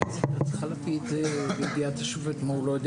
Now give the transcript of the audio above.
שהוסף.